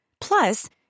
Plus